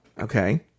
Okay